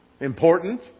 Important